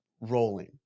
rolling